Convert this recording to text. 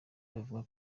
buvuga